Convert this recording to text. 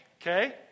Okay